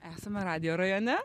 esame radijo rajone